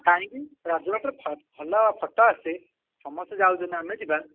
କାହିଁକି ରାଜବାଟୀରେ ଭଲ ଫୋଟୋ ଆସେ ସମସ୍ତେ ଯାଉଛନ୍ତି ଆମେ ଯିବା